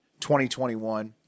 2021